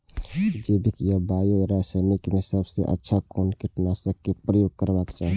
जैविक या बायो या रासायनिक में सबसँ अच्छा कोन कीटनाशक क प्रयोग करबाक चाही?